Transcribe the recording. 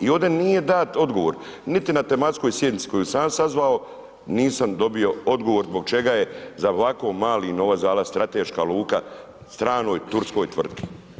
I ovdje nije dat odgovor, niti na tematskoj sjednici koju sam ja sazvao nisam dobio odgovor zbog čega je za ovako mali novac, za vas strateška luka stranoj turskoj tvrtki?